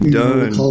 done